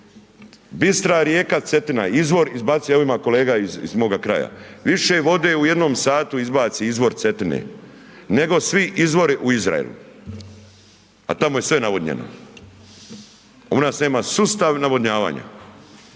bistra rijeka Cetina, izvor izbacuje, evo ima kolega iz mog kraja, više vode u jednom satu izbaci izvor Cetine nego svi izvori u Izraelu. A tamo je sve navodnjeno. U nas nema sustav navodnjavanja.